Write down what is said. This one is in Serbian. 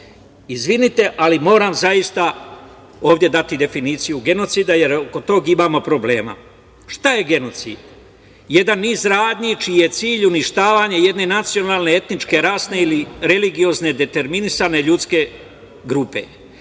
bitno. Izvinite, ali moram zaista ovde dati definiciju genocida, jer oko toga imamo problema. Šta je genocid? Jedan niz radnji čiji je cilj uništavanje jedne nacionalne etničke, rasne ili religiozne determinisane ljudske grupe.